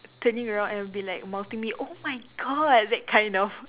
turning around and be like mouthing me oh my god that kind of